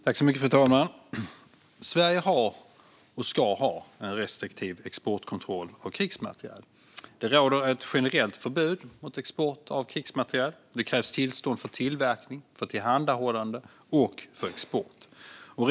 Fru talman! Sverige har och ska ha en restriktiv exportkontroll gällande krigsmateriel. Det råder ett generellt förbud mot export av krigsmateriel. Det krävs tillstånd för tillverkning, för tillhandahållande och för export.